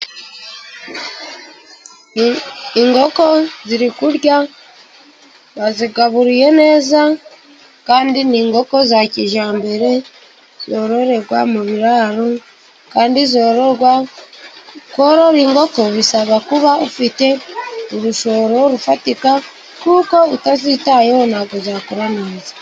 Inkoko ziri kurya bazigaburiye neza ,kandi n'inkoko za kijyambere, zororerwa mu biraro kandi zororwa. Korora inkoko bisaba kuba ufite urushoro rufatika kuko utazitayeho ntabwo zakura neza.